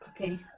Okay